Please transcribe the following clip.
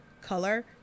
color